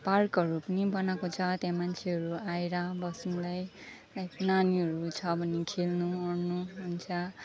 अब पार्कहरू पनि बनाएको छ त्यहाँ मान्छेहरू आएर बस्नुलाई लाइक नानीहरू छ भने खेल्नु ओर्नु हुन्छ